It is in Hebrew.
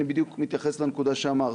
אני מתייחס בדיוק לנקודה שאמרת.